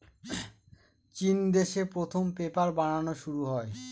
চিন দেশে প্রথম পেপার বানানো শুরু হয়